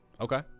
Okay